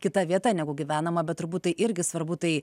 kita vieta negu gyvenama bet turbūt irgi svarbu tai